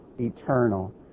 eternal